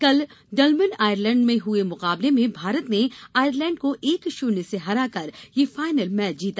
कल Dublin Ireland में हुए मुकाबले में भारत ने आयरलैंड को एक शून्य से हराकर यह फाइनल मैच जीता